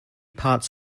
parts